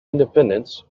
independence